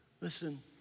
listen